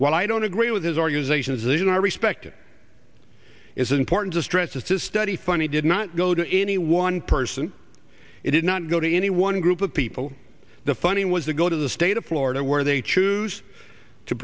what i don't agree with is organizations in our respective is important to stress that this study funny did not go to any one person it did not go to any one group of people the funding was to go to the state of florida where they choose to